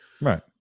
Right